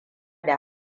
da